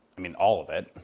i mean, all of it,